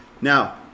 Now